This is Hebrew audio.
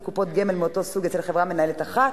קופות גמל מאותו סוג אצל חברה מנהלת אחת,